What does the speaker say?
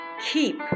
keep